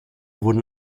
wurden